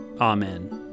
Amen